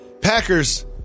Packers